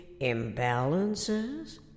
imbalances